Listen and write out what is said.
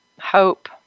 hope